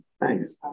thanks